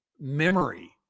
memory